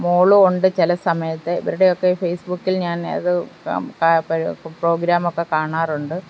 മോളും ഉണ്ട് ചില സമയത്ത് ഇവരുടെയൊക്കെ ഫെയ്സ് ബുക്കിൽ ഞാൻ അത് പ്രോഗ്രാമൊക്കെ കാണാറുണ്ട്